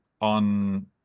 on